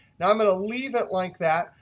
now, i'm going to leave it like that.